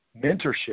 mentorship